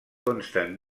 consten